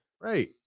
Right